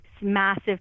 Massive